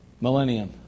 millennium